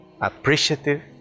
appreciative